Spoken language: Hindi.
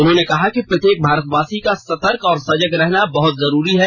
उन्होंने कहा कि प्रत्येक भारतवासी का सतर्क और सजग रहना बहत जरूरी है